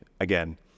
again